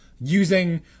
using